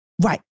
Right